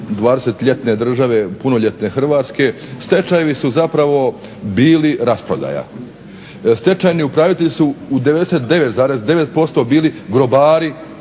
ljetne države, punoljetne Hrvatske stečajevi su zapravo bili rasprodaja. Stečajni upravitelji su u 99,9% bili grobari